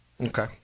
okay